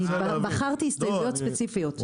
אני בחרתי הסתייגויות ספציפיות.